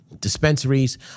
dispensaries